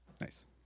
Nice